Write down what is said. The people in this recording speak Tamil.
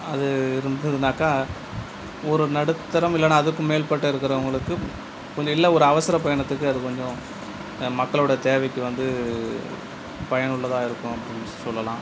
அது இருந்ததுனாக்கா ஒரு நடுத்தரம் இல்லைன்னா அதுக்கும் மேல்பட்ட இருக்கிறவுங்களுக்கு கொஞ்ச இல்லை ஒரு அவசரப் பயணத்துக்கு அது கொஞ்ச மக்களோடய தேவைக்கு வந்து பயனுள்ளதாக இருக்கும் அப்படினு சொல்லெலாம்